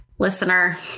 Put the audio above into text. listener